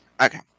Okay